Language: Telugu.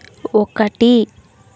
ఒకటి